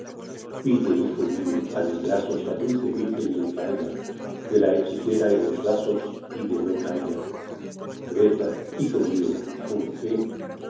pide hijo mío á mis brazos la dulce virgen le traiga de la hechicera en los lazos pide no caiga reza hijo mío con fé